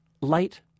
light